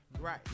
Right